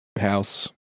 house